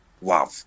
wow